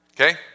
okay